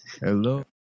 Hello